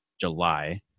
July